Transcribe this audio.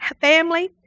family